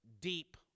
deep